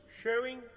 Showing